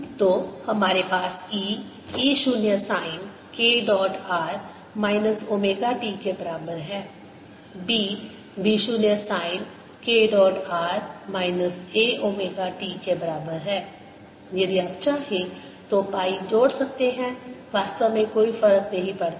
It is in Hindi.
तो हमारे पास e e 0 sine k dot r minus omega t के बराबर है और b b 0 sine k dot r minus a omega t के बराबर है यदि आप चाहें तो पाई जोड़ सकते हैं वास्तव में कोई फर्क नहीं पड़ता है